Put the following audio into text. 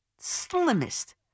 slimmest